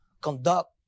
conduct